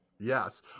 Yes